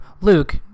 Luke